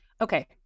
Okay